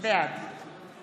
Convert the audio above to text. בעד